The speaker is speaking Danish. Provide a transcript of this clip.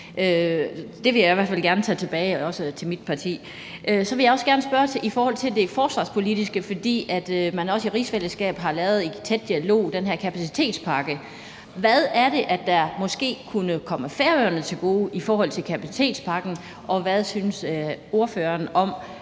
hvert fald gerne tage tilbage til mit parti. Så vil jeg også gerne spørge om det forsvarspolitiske, for man har også i tæt dialog i rigsfællesskabet lavet den her kapacitetspakke: Hvad er det, der måske kunne komme Færøerne til gode i forhold til kapacitetspakken, og hvad synes ordføreren om